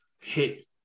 hit